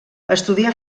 estudià